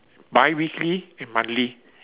biweekly and monthly